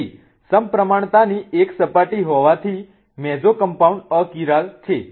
તેથી સપ્રમાણતાની એક સપાટી હોવાથી મેસોકોમ્પાઉન્ડ અકિરાલ છે